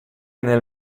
nel